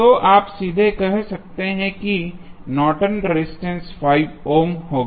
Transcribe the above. तो आप सीधे कह सकते हैं कि Norton resistance Nortons resistance 5 ohm होगा